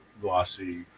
glossy